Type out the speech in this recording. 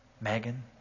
Megan